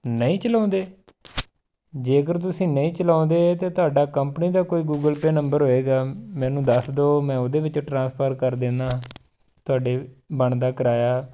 ਨਹੀਂ ਚਲਾਉਂਦੇ ਜੇਕਰ ਤੁਸੀਂ ਨਹੀਂ ਚਲਾਉਂਦੇ ਤਾਂ ਤੁਹਾਡਾ ਕੰਪਨੀ ਦਾ ਕੋਈ ਗੂਗਲ ਪੇਅ ਨੰਬਰ ਹੋਏਗਾ ਮੈਨੂੰ ਦੱਸ ਦਿਉ ਮੈਂ ਉਹਦੇ ਵਿੱਚ ਟਰਾਂਸਫਰ ਕਰ ਦੇਨਾ ਤੁਹਾਡੇ ਬਣਦਾ ਕਿਰਾਇਆ